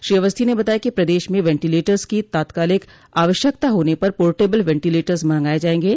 श्री अवस्थी ने बताया कि प्रदेश में वेंटिलेटर्स की तात्कालिक आवश्यकता होने पर पोर्टेबल वेंटिलेटर्स मंगाए जाएंगे